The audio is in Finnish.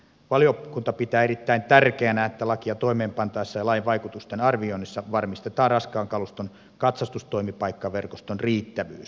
valiokunta pitää erittäin tärkeänä että lakia toimeenpantaessa ja lain vaikutusten arvioinnissa varmistetaan raskaan kaluston katsastustoimipaikkaverkoston riittävyys